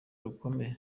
rukomere